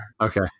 Okay